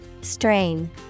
Strain